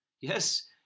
Yes